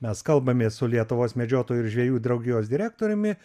mes kalbamės su lietuvos medžiotojų ir žvejų draugijos direktoriumi